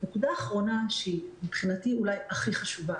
הנקודה האחרונה שמבחינתי היא אולי הכי חשובה,